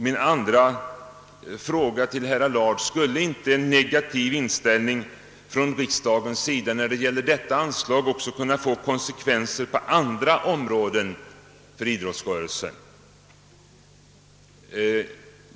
Min andra fråga till herr Allard är denna: Skulle inte en negativ inställning från riksdagens sida i fråga om detta anslag också kunna få konsekven ser på andra områden inom idrottsrörelsen?